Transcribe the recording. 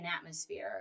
atmosphere